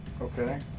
Okay